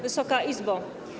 Wysoka Izbo!